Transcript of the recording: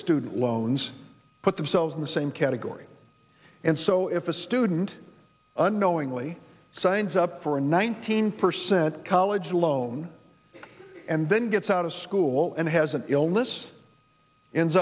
student loans put themselves in the same category and so if a student unknowingly signs up for a nineteen percent college loan and then gets out of school and has an illness ends